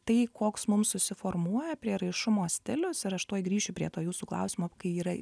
tai koks mums susiformuoja prieraišumo stilius ir aš tuoj grįšiu prie to jūsų klausimo kai yra